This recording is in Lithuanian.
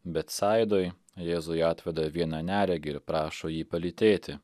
betsaidoj jėzui atveda vieną neregį ir prašo jį palytėti